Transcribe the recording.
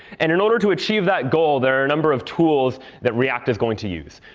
and in order to achieve that goal, there are a number of tools that react is going to use.